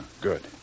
Good